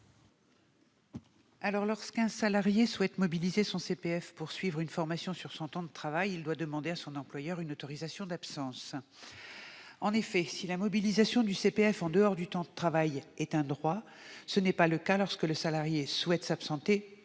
? Lorsqu'un salarié souhaite mobiliser son CPF pour suivre une formation sur son temps de travail, il doit demander à son employeur une autorisation d'absence. En effet, si la mobilisation du CPF en dehors du temps de travail est un droit, ce n'est pas le cas lorsque le salarié souhaite s'absenter